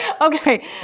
Okay